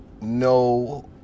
no